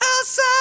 outside